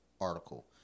article